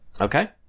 Okay